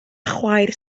chwaer